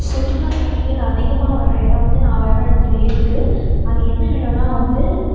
சுற்றுலா பயணிகள் அதிகமாக வர இடம் வந்து நான் வர இடத்துல இருக்கு அது என்ன எடனா வந்து